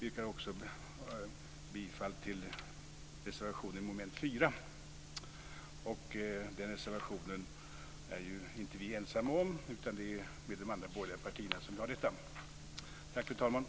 Jag yrkar bifall till reservation 5 under mom. 4 och i övrigt bifall till utskottets förslag. Vi är inte ensamma om denna motion, utan bakom den står också de andra borgerliga partierna.